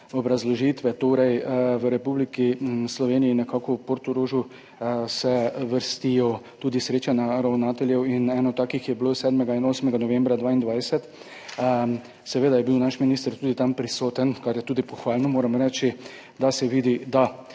obrazložitve. V Republiki Sloveniji, v Portorožu se vrstijo tudi srečanja ravnateljev. Eno takih je bilo 7. in 8. novembra 2022. Seveda je bil naš minister tudi tam prisoten, kar je pohvalno, moram reči, da se vidi, da